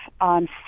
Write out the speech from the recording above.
on